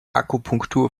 akupunktur